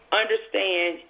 understand